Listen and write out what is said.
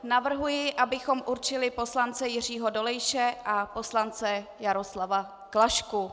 Navrhuji, abychom určili poslance Jiřího Dolejše a poslance Jaroslava Klašku.